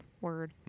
Word